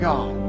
God